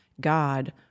God